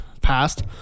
passed